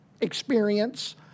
experience